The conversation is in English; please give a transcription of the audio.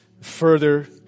further